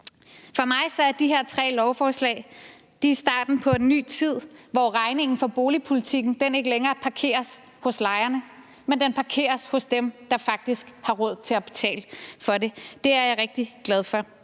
For mig er de her tre lovforslag starten på en ny tid, hvor regningen for boligpolitikken ikke længere parkeres hos lejerne, men parkeres hos dem, der faktisk har råd til at betale for det, og det er jeg rigtig glad for.